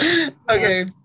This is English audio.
okay